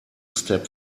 step